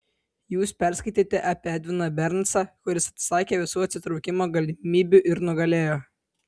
jūs perskaitėte apie edviną bernsą kuris atsisakė visų atsitraukimo galimybių ir nugalėjo